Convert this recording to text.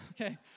Okay